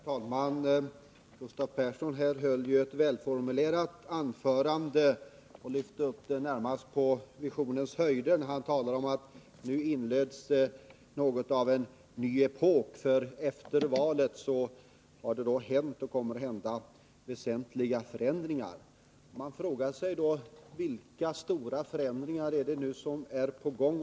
Herr talman! Gustav Persson höll ju ett välformulerat anförande och lyfte nästan upp det till visionens höjder. Han talade om att det nu inleds något som kan liknas vid en ny epok. Efter valet, menar han, har det skett och kommer att ske väsentliga förändringar. Man frågar sig då vilka stora förändringar som pågår eller som ställs i utsikt.